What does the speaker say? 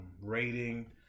rating